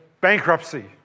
bankruptcy